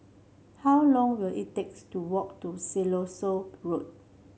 how long will it takes to walk to Siloso Road